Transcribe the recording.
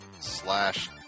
slash